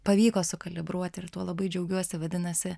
pavyko sukalibruoti ir tuo labai džiaugiuosi vadinasi